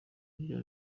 rya